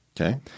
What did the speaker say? Okay